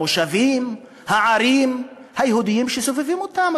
המושבים והערים היהודיים שסובבים אותם,